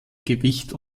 gewicht